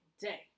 day